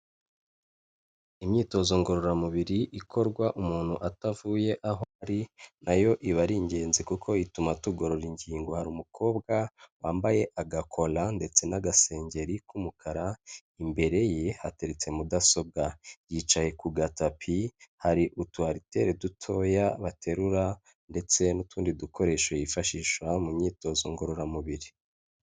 Imyitozo ngororamubiri ikorwa umuntu atavuye aho ari na yo iba ari ingenzi kuko ituma tugorora ingingo, hari umukobwa wambaye agakora ndetse n'agasengeri k'umukara, imbere ye hateretse mudasobwa, yicaye ku gatapi hari utu arariteri dutoya baterura ndetse n'utundi dukoresho yifashishwa mu myitozo ngororamubiri.